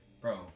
Bro